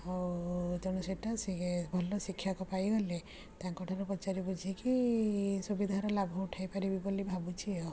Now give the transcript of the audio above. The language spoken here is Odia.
ଆଉ ତେଣୁ ସେଇଟା ସିଏ ଭଲ ଶିକ୍ଷକ ପାଇଗଲେ ତାଙ୍କ ଠାରୁ ପଚାରି ବୁଝିକି ସୁବିଧାରେ ଲାଭ ଉଠେଇ ପାରିବି ବୋଲି ଭାବୁଛି ଆଉ